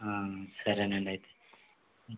సరేనండి అయితే